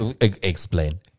Explain